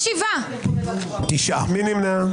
מי נמנע?